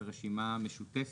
של הרשימה המשותפת.